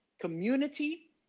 community